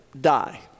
die